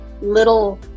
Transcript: little